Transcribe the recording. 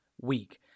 week